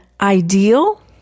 ideal